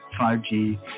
5G